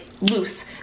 loose